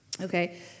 Okay